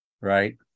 Right